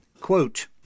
Quote